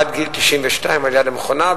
עד גיל 92 על-יד המכונה,